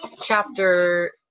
chapter